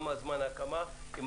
מה זמן ההקמה וכו'.